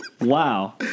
Wow